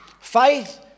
Faith